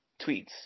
tweets